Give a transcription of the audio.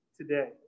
today